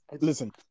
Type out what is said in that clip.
Listen